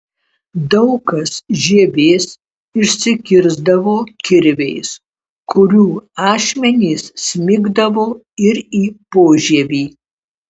daug kas žievės išsikirsdavo kirviais kurių ašmenys smigdavo ir į požievį